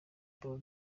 bull